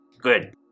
Good